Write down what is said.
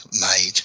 made